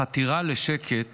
החתירה לשקט